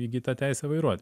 įgyt tą teisę vairuot